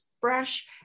fresh